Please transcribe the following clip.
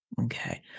Okay